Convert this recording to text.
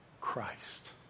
Christ